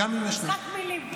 אה, משחק מילים.